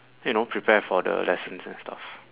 you know prepare for the lessons and stuff